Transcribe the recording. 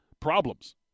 Problems